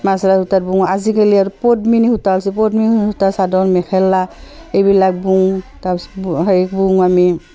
মাজৰা সূতাৰ বওঁ আজিকালি আৰু পদ্মিনী সূতা ওলছে পদ্মিনী সূতাৰ চাদৰ মেখেলা এইবিলাক বওঁ তাৰপিছত সেই বওঁ আমি